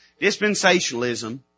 Dispensationalism